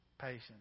patience